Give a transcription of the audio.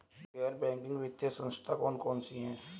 गैर बैंकिंग वित्तीय संस्था कौन कौन सी हैं?